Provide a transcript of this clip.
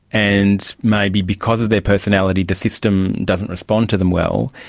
and maybe because of their personality the system doesn't respond to them well,